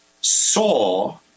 saw